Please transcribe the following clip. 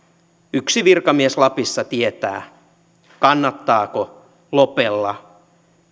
yksi virkamies lapissa tietää kannattaako lopella